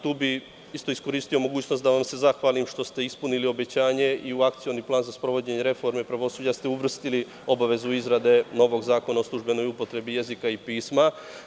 Tu bih isto iskoristio mogućnost da vam se zahvalim što ste ispunili obećanje i u Akcioni plan za sprovođenje reforme pravosuđa ste uvrstili obavezu izrade novog Zakona o službenoj upotrebi jezika i pisma.